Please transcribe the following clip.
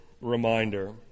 reminder